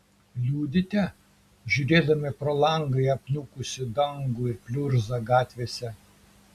liūdite žiūrėdami pro langą į apniukusį dangų ir pliurzą gatvėse